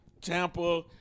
Tampa